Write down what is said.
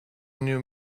new